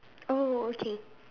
oh okay